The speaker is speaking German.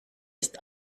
ist